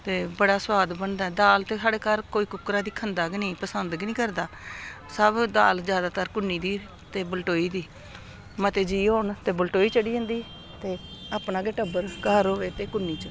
ते बड़ा सोआद बनदा दाल ते साढ़े घर कोई कुक्करा दी खंदा गै नेईं पसंद गै निं करदा सब दाल ज्यादातर कुन्नी दी ते बलटोई दी मते जी होन ते बलटोई चढ़ी जंदी ते अपना गै टब्बर घर होऐ ते कुन्नी च